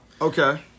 Okay